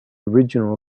original